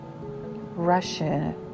Russia